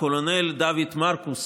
הקולונל דוד מרקוס,